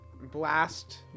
blast